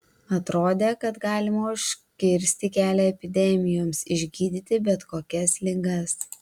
atrodė kad galima užkirsti kelią epidemijoms išgydyti bet kokias ligas